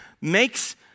makes